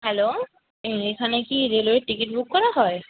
hello এখানে কি রেলওয়ের টিকিট বুক করা হয়